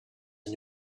and